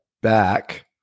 back